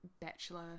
Bachelor